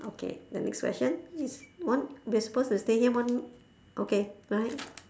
okay the next question is one we are supposed to stay here one okay right